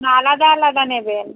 না আলাদা আলাদা নেবেন